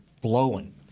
blowing